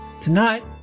Tonight